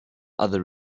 other